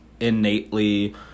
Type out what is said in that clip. innately